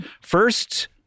First